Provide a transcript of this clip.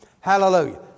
Hallelujah